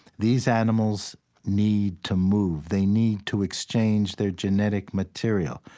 these animals need to move. they need to exchange their genetic material.